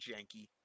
janky